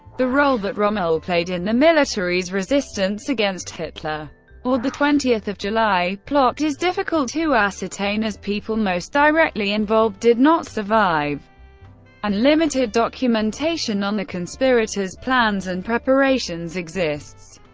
the role that rommel played in the military's resistance against hitler or the twenty july plot is difficult to ascertain, as people most directly involved did not survive and limited documentation on the conspirators' plans and preparations exists.